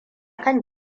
kan